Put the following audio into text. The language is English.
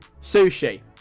sushi